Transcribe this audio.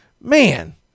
Man